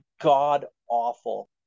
god-awful